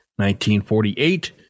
1948